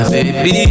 Baby